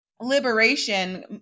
liberation